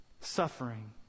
suffering